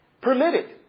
permitted